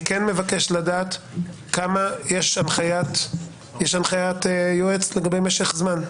אני כן מבקש לדעת כמה יש הנחיית יועץ לגבי משך זמן,